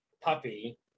puppy